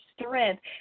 strength